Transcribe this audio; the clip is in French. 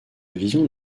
vision